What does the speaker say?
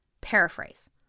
paraphrase